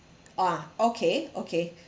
ah okay okay